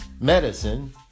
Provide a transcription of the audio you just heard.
Medicine